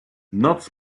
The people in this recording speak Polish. noc